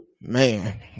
Man